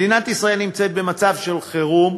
מדינת ישראל נמצאת במצב של חירום,